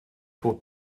pour